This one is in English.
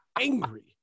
angry